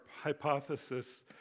hypothesis